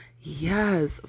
yes